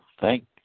thank